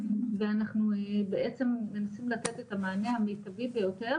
ואנחנו בעצם מנסים לתת את המענה המיטבי ביותר